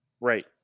Right